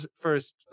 first